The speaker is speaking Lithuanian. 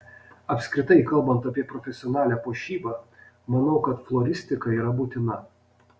apskritai kalbant apie profesionalią puošybą manau kad floristika yra būtina